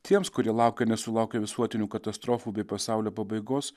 tiems kurie laukia nesulaukia visuotinių katastrofų bei pasaulio pabaigos